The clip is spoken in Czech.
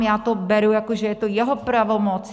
Já to beru, jako že je to jeho pravomoc.